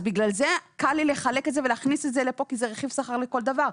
בגלל זה קל לי לחלק את זה ולהכניס את זה לפה כי זה רכיב שכר לכל דבר.